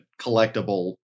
collectible